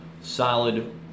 solid